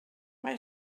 mae